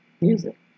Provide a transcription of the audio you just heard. Music